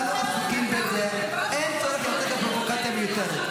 בניגוד לפרוטוקול.